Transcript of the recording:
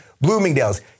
Bloomingdale's